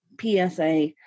psa